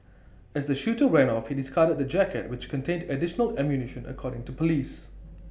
as the shooter ran off he discarded the jacket which contained additional ammunition according to Police